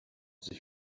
sich